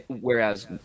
Whereas